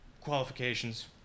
qualifications